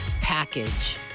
package